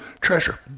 Treasure